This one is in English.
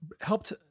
helped